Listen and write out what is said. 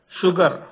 sugar